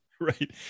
Right